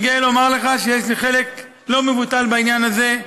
אני גאה לומר לך שיש לי חלק לא מבוטל בעניין הזה.